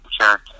Sure